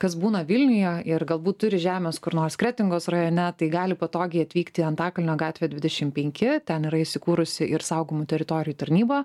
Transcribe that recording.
kas būna vilniuje ir galbūt turi žemės kur nors kretingos rajone tai gali patogiai atvykt antakalnio gatvę dvidešim penki ten yra įsikūrusi ir saugomų teritorijų tarnyba